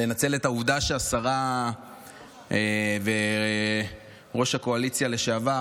אני רוצה לנצל את העובדה שהשרה ויושבת-ראש הקואליציה לשעבר,